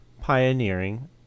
pioneering